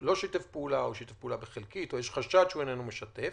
שלא שיתף פעולה או שיתף פעולה חלקית או יש חשד שהוא איננו משתף,